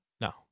No